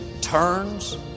turns